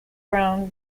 ground